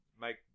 make